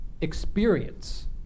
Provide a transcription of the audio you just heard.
experience